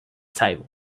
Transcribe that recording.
table